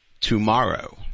tomorrow